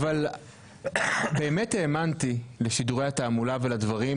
באמת האמנתי לשידורי התעמולה ולדברים